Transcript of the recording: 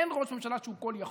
אין ראש ממשלה שהוא כל-יכול,